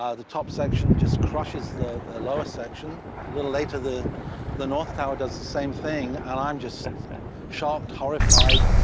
ah the top section just crushes the lower section. a little later, the the north tower does the same thing, and i'm just shocked, horrified.